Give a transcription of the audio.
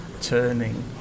turning